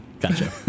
gotcha